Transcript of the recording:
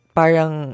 parang